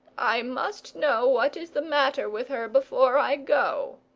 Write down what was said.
i must know what is the matter with her before i go.